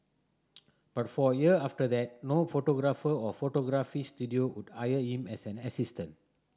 but for a year after that no photographer or photography studio would hire him as an assistant